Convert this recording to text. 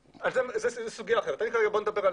זו סוגיה אחרת, כרגע בוא נדבר על